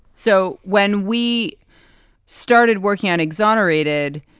so when we started working on exonerated,